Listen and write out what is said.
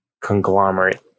conglomerate